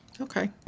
Okay